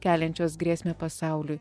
keliančios grėsmę pasauliui